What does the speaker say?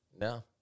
No